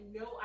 no